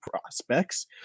prospects